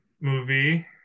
movie